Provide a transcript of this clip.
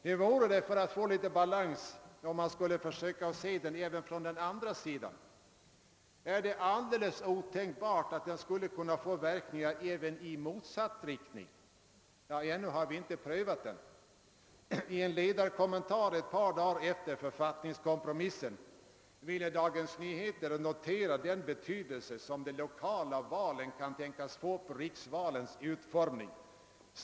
Hur vore det, för att få litet balans, om man skulle försöka att se den även från den andra sidan? Är det alldeles otänkbart att den skulle kunna få verkningar även i motsatt riktning? Ännu har vi inte prövat den gemensamma valdagen. I en ledarkommentar ett par dagar efter författningskompromissen = ville Dagens Nyheter »notera den betydelse som de lokala valen kan tänkas få på riksvalens utformning.